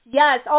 yes